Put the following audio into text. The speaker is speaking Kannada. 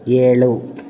ಏಳು